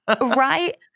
Right